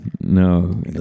no